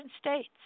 states